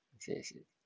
I see I see